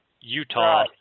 Utah